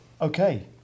Okay